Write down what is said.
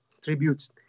tributes